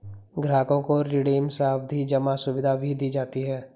ग्राहकों को रिडीम सावधी जमा सुविधा भी दी जाती है